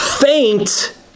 faint